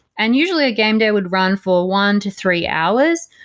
and usually, a game day would run for one to three hours.